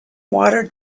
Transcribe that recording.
water